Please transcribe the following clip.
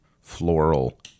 floral